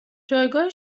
جایگاه